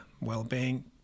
well-being